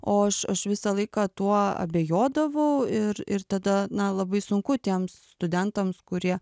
o aš aš visą laiką tuo abejodavau ir ir tada na labai sunku tiems studentams kurie